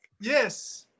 Yes